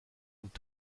und